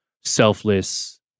selfless